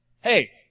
Hey